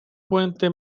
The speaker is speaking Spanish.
puente